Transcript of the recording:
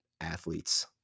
athletes